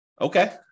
Okay